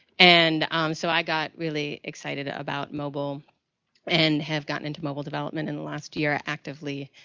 and so, i got really excited about mobile and have gotten into mobile development in the last year actively.